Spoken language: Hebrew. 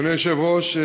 אדוני היושב-ראש,